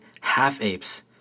half-apes